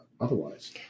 otherwise